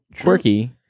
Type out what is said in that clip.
quirky